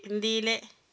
ഇന്ത്യയിലേ